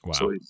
Wow